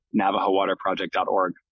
NavajoWaterProject.org